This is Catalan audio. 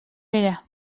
era